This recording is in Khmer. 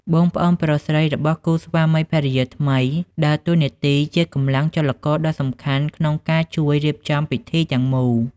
បងប្អូនប្រុសស្រី របស់គូស្វាមីភរិយាថ្មី ដើរតួនាទីជាកម្លាំងចលករដ៏សំខាន់ក្នុងការ ជួយរៀបចំពិធីទាំងមូល ។